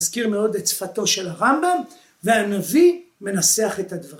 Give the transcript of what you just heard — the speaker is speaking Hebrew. ‫הזכיר מאוד את שפתו של הרמב״ם, ‫והנביא מנסח את הדברים.